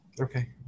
okay